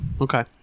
Okay